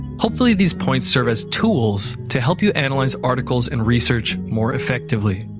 hopefully these points serve as tools to help you analyze articles and research more effectively.